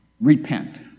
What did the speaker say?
repent